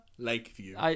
Lakeview